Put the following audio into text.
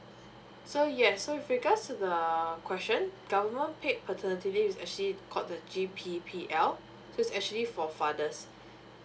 so yes so with regards to the question government paid paternity leave is actually called the G_P_P_L so it's actually for fathers